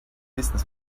business